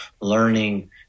learning